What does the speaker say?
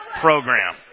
program